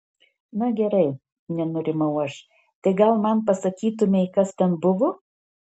na gerai nenurimau aš tai gal man pasakytumei kas ten buvo